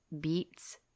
beets